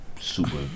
super